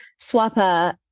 SWAPA